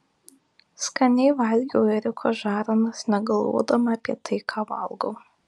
skaniai valgiau ėriuko žarnas negalvodama apie tai ką valgau